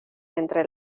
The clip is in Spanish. entre